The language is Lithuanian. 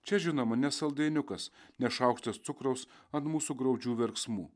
čia žinoma ne saldainiukas ne šaukštas cukraus ant mūsų graudžių verksmų